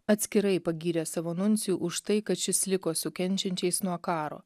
atskirai pagyrė savo nuncijų už tai kad šis liko su kenčiančiais nuo karo